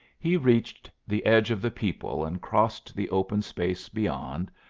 he reached the edge of the people and crossed the open space beyond,